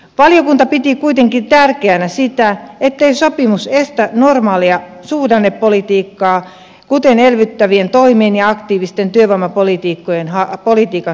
valiokunta piti kuitenkin tärkeänä sitä ettei sopimus estä normaalia suhdannepolitiikkaa kuten elvyttävien toimien ja aktiivisen työvoimapolitiikan harjoittamista